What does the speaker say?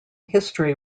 history